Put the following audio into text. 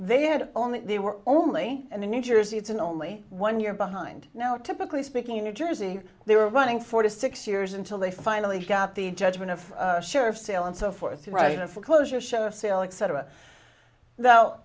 they had only they were only in the new jersey it's an only one year behind now typically speaking in new jersey they were running four to six years until they finally got the judgment of sheriff's sale and so forth right in a foreclosure show assailing cetera though